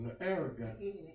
arrogant